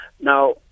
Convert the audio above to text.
Now